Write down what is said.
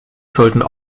sollten